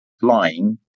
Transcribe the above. flying